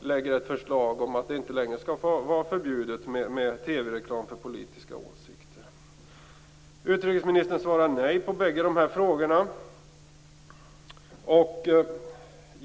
lägger fram ett förslag om att det inte längre skall vara förbjudet med TV-reklam för politiska åsikter. Utrikesministern svarar nej på bägge dessa frågor.